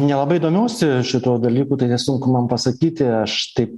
nelabai domiuosi šituo dalyku tai nesunku man pasakyti aš taip